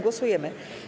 Głosujemy.